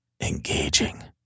engaging